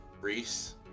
Reese